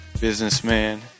businessman